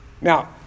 Now